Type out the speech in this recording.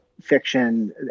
fiction